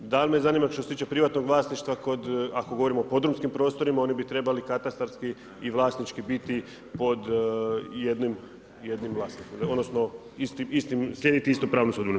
Dalje me zanima, što se tiče privatnog vlasništva, ako govorimo o podrumskim prostorima, oni bi trebali katastarski i vlasnički biti pod jednim vlasnikom, odnosno, slijediti istu pravnu sudbinu.